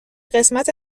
قسمت